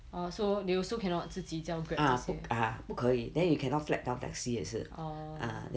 oh so they also cannot 自己叫 Grab 这些 oh